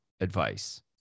advice